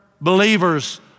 believers